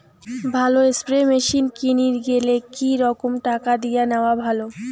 ভালো spray machine কিনির গেলে কি রকম টাকা দিয়া নেওয়া ভালো?